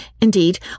Indeed